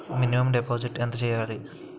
Minimum deposit ఎంత చెయ్యాలి?